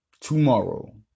Tomorrow